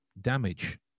damage